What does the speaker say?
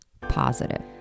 positive